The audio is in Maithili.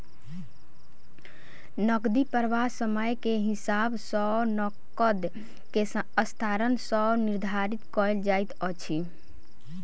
नकदी प्रवाह समय के हिसाब सॅ नकद के स्थानांतरण सॅ निर्धारित कयल जाइत अछि